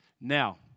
Now